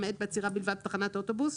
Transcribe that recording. למעטד בעצירה בלבד בתחנת אוטובוס